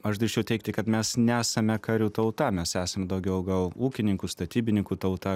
aš drįsčiau teigti kad mes nesame karių tauta mes esam daugiau gal ūkininkų statybininkų tauta